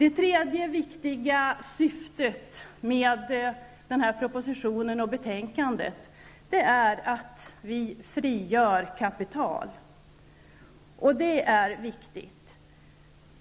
Ett annat viktigt syfte med propositionen och betänkandet är att vi frigör kapital. Det är viktigt.